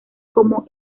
como